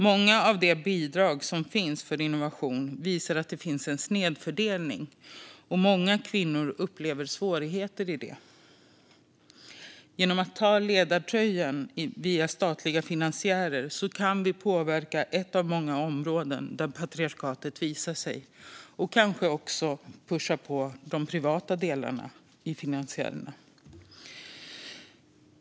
Många av de bidrag för innovation som finns visar på en snedfördelning, och många kvinnor upplever svårigheter med detta. Genom att ta ledartröjan via statliga finansiärer kan vi påverka ett av många områden där patriarkatet visar sig och kanske också pusha på den privata delen av finansiärerna.